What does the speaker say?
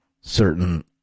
certain